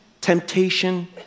temptation